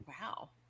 Wow